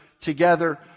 together